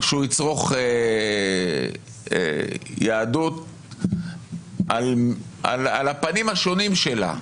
שהוא יצרוך יהדות על הפנים השונים שלה.